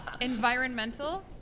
environmental